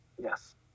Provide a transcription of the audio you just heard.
Yes